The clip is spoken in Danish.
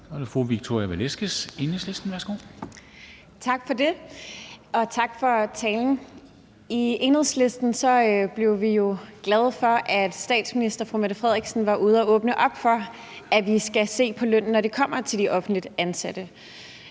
Victoria Velasquez (EL): Tak for det, og tak for talen. I Enhedslisten blev vi jo glade for, at statsministeren var ude at åbne op for, at vi skal se på lønnen, når det kommer til de offentligt ansatte.